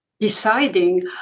Deciding